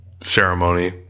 ceremony